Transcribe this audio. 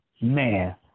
Man